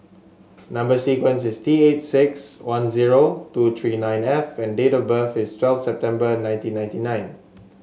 number sequence is T eight six one zero two three nine F and date of birth is twelve September nineteen ninety nine